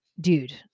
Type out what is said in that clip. dude